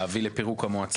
להביא לפירוק המועצה.